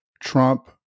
Trump